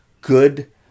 good